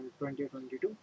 2022